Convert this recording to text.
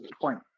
point